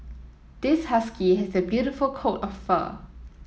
this husky has a beautiful coat of fur